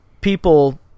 people